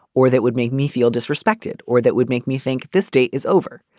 or that would make me feel disrespected or that would make me think this date is over.